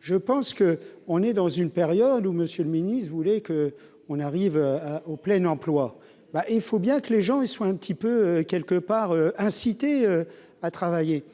je pense que on est dans une période où Monsieur le Ministre, vous voulez qu'on arrive à au plein emploi, bah il faut bien que les gens ils sont un petit peu quelque part inciter à travailler